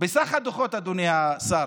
בסך הדוחות, אדוני השר,